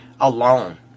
alone